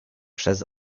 przez